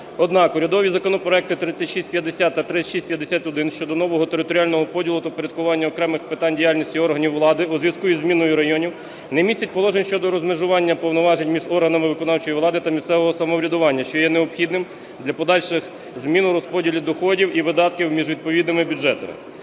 Однак урядові законопроекти 3650 та 3651 щодо нового територіального поділу та впорядкування окремих питань діяльності органів влади у зв'язку із зміною районів не містять положень щодо розмежування повноважень між органами виконавчої влади та місцевого самоврядування, що є необхідним для подальших змін у розподілі доходів і видатків між відповідними бюджетами.